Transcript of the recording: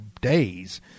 days